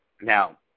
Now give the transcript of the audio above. Now